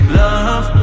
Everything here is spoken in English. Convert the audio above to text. love